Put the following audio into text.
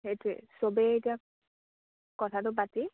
সেইটোৱে চবেই এতিয়া কথাটো পাতি